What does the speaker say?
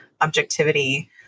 objectivity